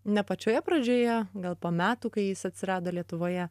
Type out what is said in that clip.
ne pačioje pradžioje gal po metų kai jis atsirado lietuvoje